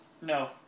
No